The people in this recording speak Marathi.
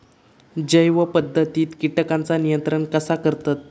जैव पध्दतीत किटकांचा नियंत्रण कसा करतत?